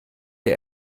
der